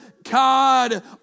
God